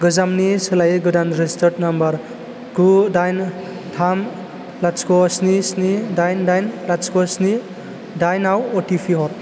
गोजामनि सोलायै गोदान रेजिस्टार्ड नाम्बार गु दाइन थाम लाथिख' स्नि स्नि दाइन दाइन लाथिख' स्नि दाइनआव अटिपि हर